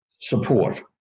support